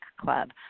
club